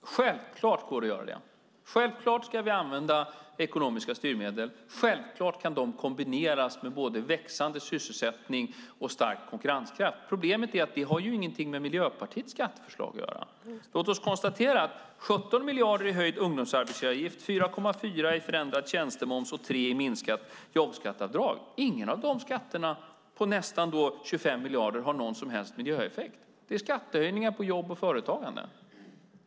Fru talman! Självklart går det att göra det. Självklart ska vi använda ekonomiska styrmedel. Självklart kan de kombineras med både växande sysselsättning och stark konkurrenskraft. Problemet är att det inte har någonting med Miljöpartiets skatteförslag att göra. Låt oss konstatera att 17 miljarder i höjd arbetsgivaravgift för ungdomar, 4,4 i förändrad tjänstemoms och 3 i minskat jobbskatteavdrag - skatter på nästan 25 miljarder - inte har någon som helst miljöeffekt. Det är skattehöjningar på jobb och företagande.